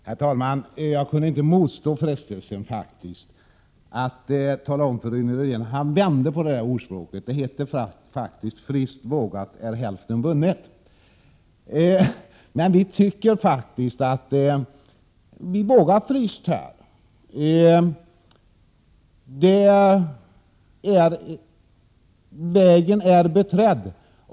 Herr talman! Jag kan faktiskt inte motstå frestelsen att tala om för Rune Rydén att han vände på ordspråket. Det lyder: ”Friskt vågat är hälften vunnet.” Vi tycker att vi vågar friskt — vägen är beträdd.